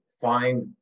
find